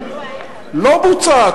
לא, לא בוצע.